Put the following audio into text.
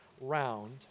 round